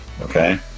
okay